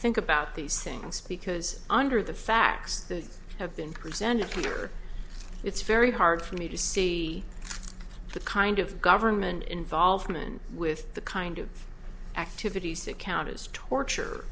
think about these things because under the facts that have been presented it's very hard for me to see the kind of government involvement with the kind of activities that count as torture